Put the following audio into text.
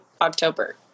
October